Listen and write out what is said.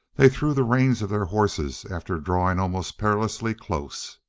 they threw the reins of their horses after drawing almost perilously close.